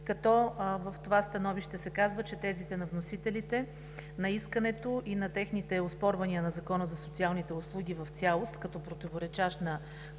като в това становище се казва, че тезите на вносителите на искането и на техните оспорвания на Закона за социалните услуги в цялост, като противоречащ на